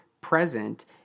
present